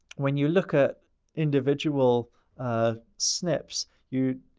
when you look at individual ah snps, you